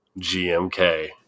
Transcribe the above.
GMK